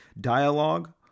dialogue